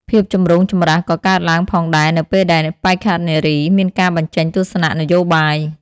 ភាពចម្រូងចម្រាសក៏កើតឡើងផងដែរនៅពេលដែលបេក្ខនារីមានការបញ្ចេញទស្សនៈនយោបាយ។